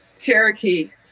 Cherokee